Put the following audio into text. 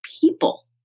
people